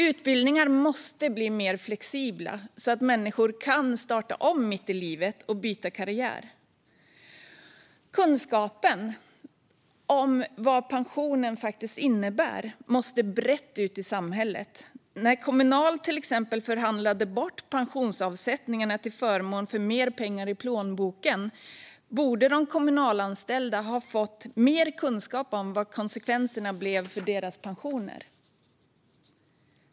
Utbildningar måste bli mer flexibla så att människor kan starta om mitt i livet och byta karriär. Kunskap om vad pension faktiskt innebär måste brett ut i samhället. När Kommunal till exempel förhandlade bort pensionsavsättningarna till förmån för mer pengar i plånboken borde de kommunalanställda ha fått mer kunskap om konsekvenserna för deras pensioner.